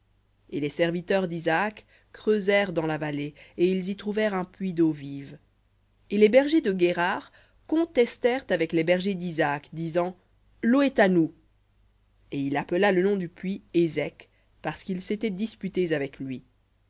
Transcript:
et les serviteurs d'isaac creusèrent dans la vallée et ils y trouvèrent un puits d'eau vive et les bergers de guérar contestèrent avec les bergers d'isaac disant l'eau est à nous et il appela le nom du puits ések parce qu'ils s'étaient disputés avec lui